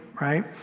right